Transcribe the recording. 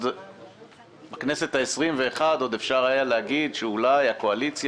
בכנסת ה-21 עוד ניתן היה לומר שאולי ההסכמים